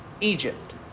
Egypt